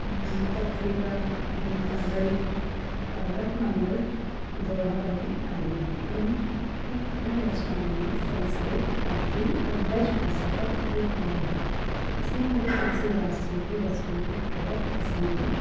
पत्रिका गीतावली पर्वतमंगल दोहाबली आदि इन्हें इन्हें अपनी अर्चनाओं में संस्कृत अवधि और ब्रिज भाषा का उपयोग किया है इसलिए मुझे तुलसी दास जी की रचनाएं बहुत पसंद है